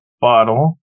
bottle